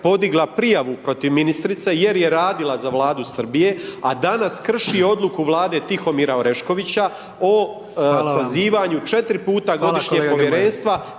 Hvala kolega